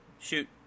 Shoot